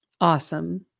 Awesome